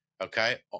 Okay